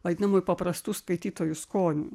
vadinamųjų paprastų skaitytojų skoniui